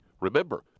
Remember